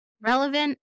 relevant